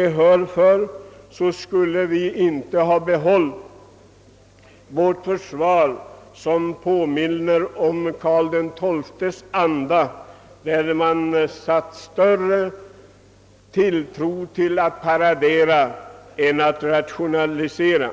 gehör för, så skulle vi inte ha behållit vårt försvar, som tycks mig fortsätta i Karl XII:s anda — på den tiden satte man större tilltro till paradering än till rationalisering.